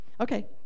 Okay